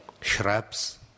shrubs